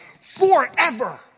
forever